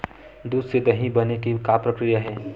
दूध से दही बने के का प्रक्रिया हे?